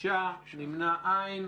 הצבעה בעד, 5 נגד, 6 לא אושרה.